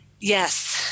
yes